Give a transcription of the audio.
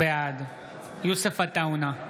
בעד יוסף עטאונה,